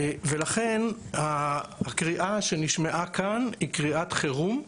ולכן, הקריאה שנשמעה כאן היא קריאת חירום.